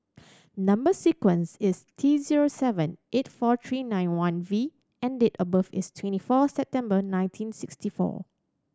number sequence is T zero seven eight four three nine one V and date of birth is twenty four September nineteen sixty four